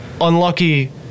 unlucky